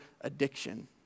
addiction